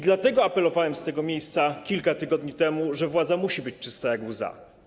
Dlatego apelowałem z tego miejsca kilka tygodni temu, mówiłem, że władza musi być czysta jak łza.